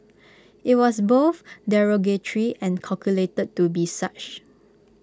IT was both derogatory and calculated to be such